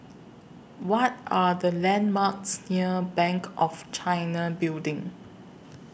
What Are The landmarks near Bank of China Building